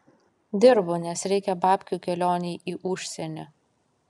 dirbu nes reikia babkių kelionei į užsienį